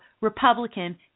Republican